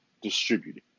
distributed